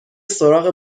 سراغ